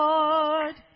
Lord